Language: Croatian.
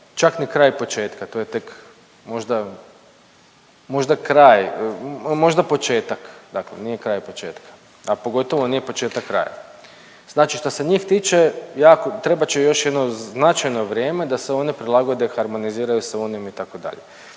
čak ni kraj početka, to je tek možda, možda kraj, možda početak, dakle nije kraj početka, a pogotovo nije početak kraja. Znači što se njih tiče jako, trebat će još jedno značajno vrijeme da se one prilagode i harmoniziraju sa Unijom itd..